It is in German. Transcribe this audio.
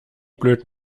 blöd